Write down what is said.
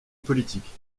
politique